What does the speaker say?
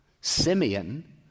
Simeon